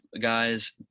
guys